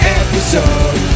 episode